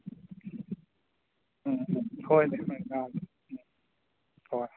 ꯎꯝ ꯍꯣꯏꯅꯦ ꯎꯝ ꯍꯣꯏ ꯍꯣꯏ